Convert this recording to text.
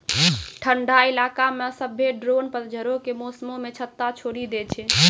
ठंडा इलाका मे सभ्भे ड्रोन पतझड़ो के मौसमो मे छत्ता छोड़ि दै छै